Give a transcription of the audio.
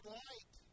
light